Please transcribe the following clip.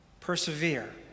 Persevere